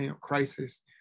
crisis